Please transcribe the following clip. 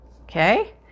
Okay